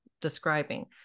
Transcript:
describing